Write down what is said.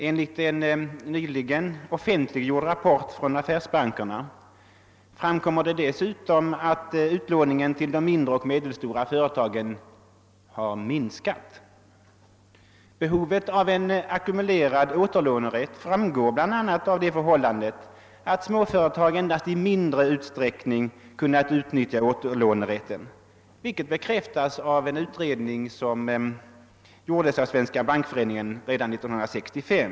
Av en nyligen offentliggjord rapport från affärsbankerna framkommer dessutom att utlåningen till de mindre och medelstora företagen har minskat. Behovet av en ackumulerad återlånerätt framgår bl.a. av det förhållandet att småföretag endast i mindre utsträckning kunnat utnyttja återlånerätten, vilket bekräftas av en utredning som gjordes av Svenska bankföreningen redan 1965.